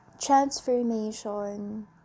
Transformation